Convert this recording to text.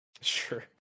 Sure